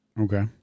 Okay